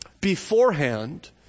beforehand